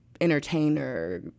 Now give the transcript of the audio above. entertainer